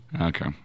Okay